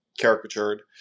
caricatured